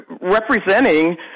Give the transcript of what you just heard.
representing